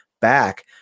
back